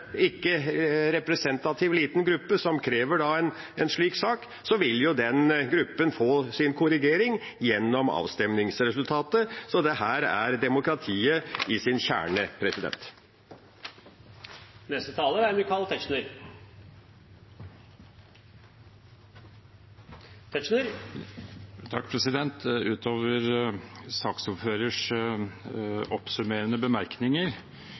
ikke representativ liten gruppe som krever en slik sak, vil den gruppen få sin korrigering gjennom avstemningsresultatet. Dette er demokratiet i sin kjerne.